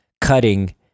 cutting